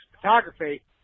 photography